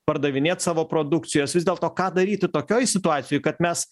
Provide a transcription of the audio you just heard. pardavinėt savo produkcijos vis dėlto ką daryti tokioj situacijoj kad mes